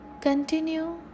Continue